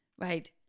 Right